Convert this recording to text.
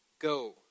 go